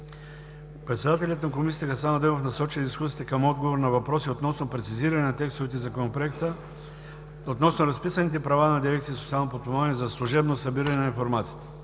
Председателят на Комисията Хасан Адемов насочи дискусията към отговор на въпроси относно прецизиране на текстовете в Законопроекта относно разписаните права на дирекциите „Социално подпомагане“ за служебно събиране на информация,